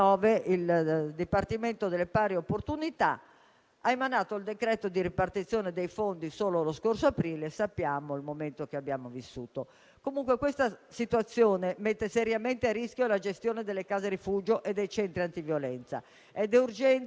vissuto. Questa situazione mette seriamente a rischio la gestione delle case rifugio e dei centri antiviolenza, ed è urgente attivare politiche nazionali, regionali e locali fondate su un'analisi strutturata dei bisogni. Sono molto